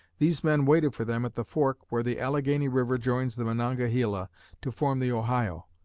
these men waited for them at the fork where the allegheny river joins the monongahela to form the ohio.